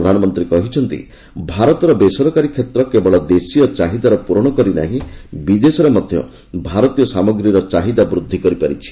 ପ୍ରଧାନମନ୍ତ୍ରୀ କହିଛନ୍ତି ଭାରତର ବେସରକାରୀ କ୍ଷେତ୍ କେବଳ ଦେଶୀୟ ଚାହିଦାର ପୂରଣ କରିନାହିଁ ବିଦେଶରେ ମଧ୍ୟ ଭାରତୀୟ ସାମଗ୍ରୀର ଚାହିଦା ବୃଦ୍ଧି କରାଇପାରିଛି